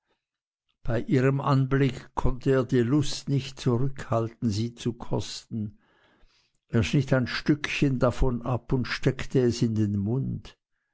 bei ihrem anblick konnte er die lust nicht zurückhalten sie zu kosten er schnitt ein stückchen davon ab und steckte es in den mund